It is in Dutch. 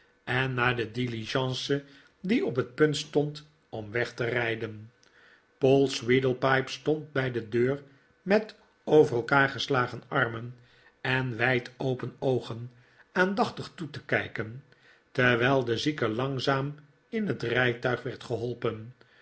en naar de diligence die op het punt stond om weg te rijden poll sweedlepipe stond bij de deur met over elkaar geslagen armen en wijd open oogen aandachtig toe te kijken terwijl de zieke langzaam in het rijtuig werd geholpen